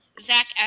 zach